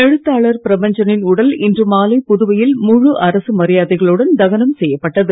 எழுத்தாளர் பிரபஞ்சனின் உடல் இன்று மாலை புதுவையில் முழு அரசு மரியாதைகளுடன் தகனம் செய்யப்பட்டது